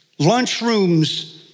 lunchrooms